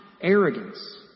Arrogance